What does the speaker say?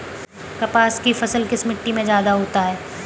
कपास की फसल किस मिट्टी में ज्यादा होता है?